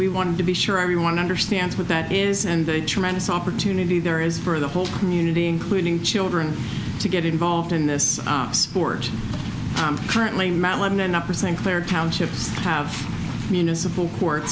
really wanted to be sure everyone understands what that is and a tremendous opportunity there is for the whole community including children to get involved in this sport i'm currently in mount lebanon upper st clair townships have municipal court